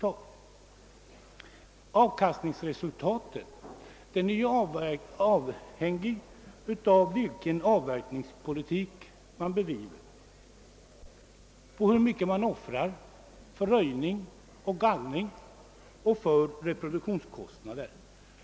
Avkastningsresultatet är avhängigt av vilken avverkningspolitik man bedriver och av hur mycket man offrar för röjning, gallring och reproduktionskostnader.